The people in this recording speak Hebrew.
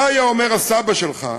מה היה אומר הסבא שלך,